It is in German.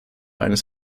eines